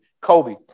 Kobe